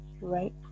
Right